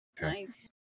Nice